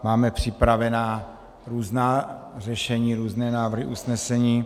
Máme připravená různá řešení, různé návrhy usnesení.